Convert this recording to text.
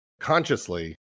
consciously